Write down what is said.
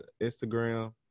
Instagram